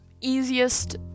easiest